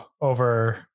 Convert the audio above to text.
over